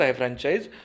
franchise